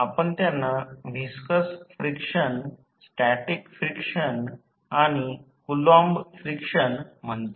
आपण त्यांना viscous friction static friction आणि कुलॉंम फ्रिक्शन म्हणतो